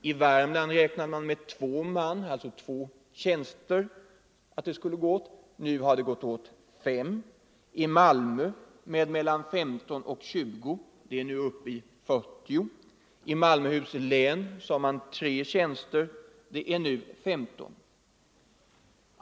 I Värmland räknade man med att det skulle gå åt 2 tjänster; men det har gått åt 5. I Malmö räknade man med mellan 15 och 20; antalet är nu uppe i 40. I Malmöhus län talade man om 3 tjänster; det är nu 15.